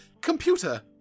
computer